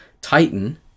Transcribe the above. Titan